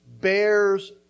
bears